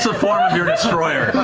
so form of your destroyer.